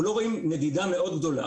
אנחנו לא רואים נדידה מאוד גדולה.